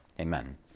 Amen